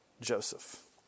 Joseph